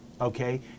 okay